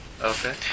Okay